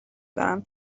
دارم